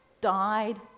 died